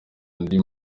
andi